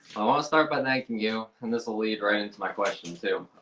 i wanna start by thanking you, and this will lead right into my question too.